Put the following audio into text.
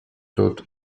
tod